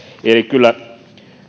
eli kyllä